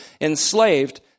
enslaved